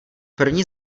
první